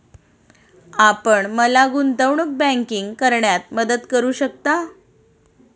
आपण मला गुंतवणूक बँकिंग करण्यात मदत करू शकता?